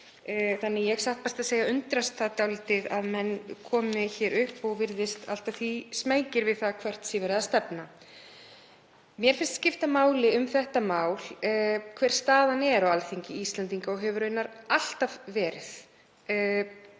dálítið satt best að segja að menn komi hér upp og virðist allt að því smeykir við það hvert sé verið að stefna. Mér finnst skipta máli um þetta mál hver staðan er á Alþingi Íslendinga og hefur raunar alltaf verið.